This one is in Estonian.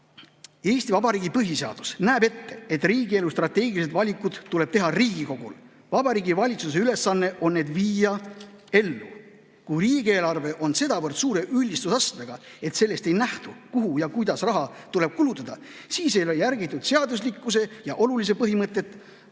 "Eesti Vabariigi põhiseadus näeb ette, et riigielu strateegilised valikud tuleb teha Riigikogul. Vabariigi Valitsuse ülesanne on need viia ellu [---]. Kui riigieelarve on sedavõrd suure üldistusastmega, et sellest ei nähtu, kuhu ja kuidas raha tuleb kulutada, siis ei ole järgitud seaduslikkuse ja olulise põhimõtet (põhiseaduse